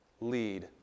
lead